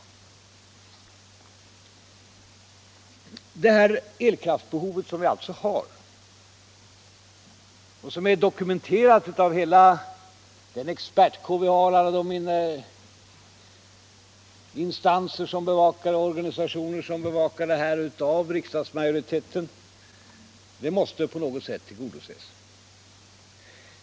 Vårt elkraftsbehov, dokumenterat av hela den expertkår vi har och bevakat av olika instanser, organisationer och av riksdagsmajoriteten, måste på något sätt tillgodoses.